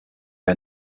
you